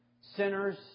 Sinners